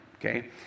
okay